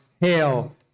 Hail